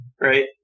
Right